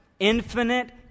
Infinite